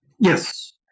Yes